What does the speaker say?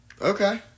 Okay